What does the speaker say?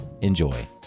Enjoy